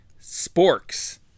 Sporks